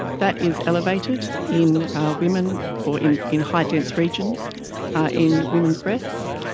that is elevated in women or in in high dense regions in women's breasts.